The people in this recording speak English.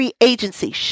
agency